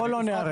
בואו לא נערב.